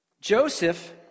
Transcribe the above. Joseph